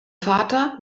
vater